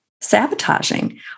sabotaging